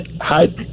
Hi